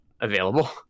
available